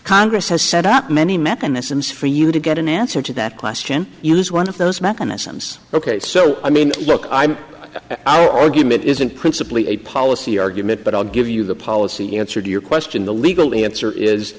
congress has set up many mechanisms for you to get an answer to that question use one of those mechanisms ok so i mean look i'm our argument isn't principally a policy argument but i'll give you the policy answer to your question the legal answer is